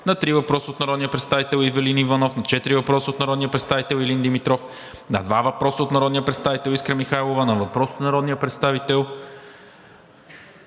три въпроса от народния представител Ивелин Иванов; - четири въпроса от народния представител Илин Димитров; - два въпроса от народния представител Искра Михайлова; - въпрос от народния представител